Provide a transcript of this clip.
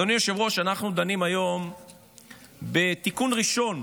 אדוני היושב-ראש, אנחנו דנים היום בתיקון ראשון